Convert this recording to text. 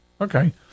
Okay